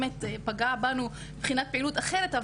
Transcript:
זה פגע בנו מבחינת פעילות אחרת.